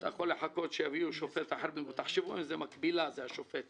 אתה יכול לחכות שיביאו שופט אחר תחשבו על המקבילה שזה שופט